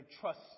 trust